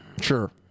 Sure